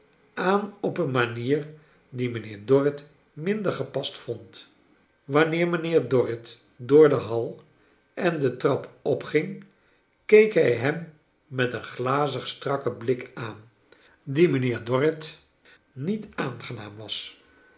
aan op een manier die mijnheer dorrit minder gepast vond wanneer mijnheer dorrit door de hall en de trap op ging keek hij hem met een glazig strakken blik aan die mijnheer dorrit niet aangenaam was